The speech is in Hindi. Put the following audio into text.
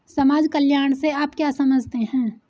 समाज कल्याण से आप क्या समझते हैं?